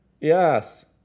Yes